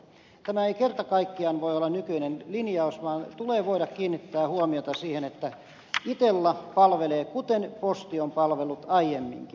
tämä ei kerta kaikkiaan voi olla nykyinen linjaus vaan tulee voida kiinnittää huomiota siihen että itella palvelee kuten posti on palvellut aiemminkin